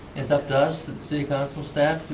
it's up to us, the city council staff,